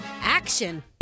action